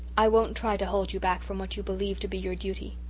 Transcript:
i won't try to hold you back from what you believe to be your duty.